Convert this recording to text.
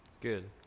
Good